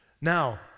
Now